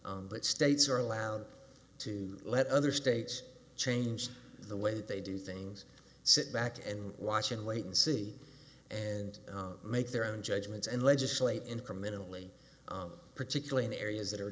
caution but states are allowed to let other states change the way they do things sit back and watch and wait and see and make their own judgments and legislate incrementally particularly in areas that are